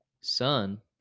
son